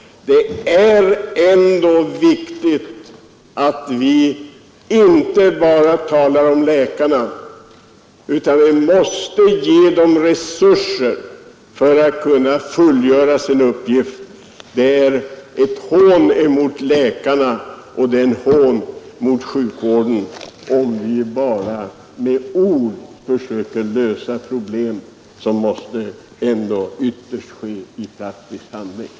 Det är ändå viktigt att vi inte bara talar om läkarna. Vi måste också ge dem resurser för att de skall kunna fullgöra sin uppgift. Det är ett hån emot läkarna och emot sjukvården, om vi bara med ord försöker lösa problem som vi ändå ytterst måste ta itu med i praktisk handling.